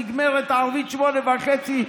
נגמרת ערבית ב-20:30,